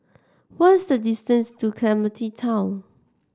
what is the distance to Clementi Town